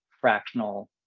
fractional